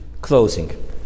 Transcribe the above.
closing